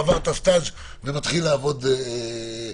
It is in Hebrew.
עבר את הסטאז' ומתחיל לעבוד עכשיו.